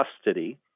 custody